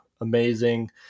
amazing